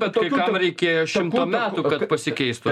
kai kam reikėjo šimto metų kad pasikeistų